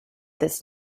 this